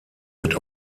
wird